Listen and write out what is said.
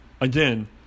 again